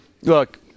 look